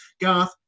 Garth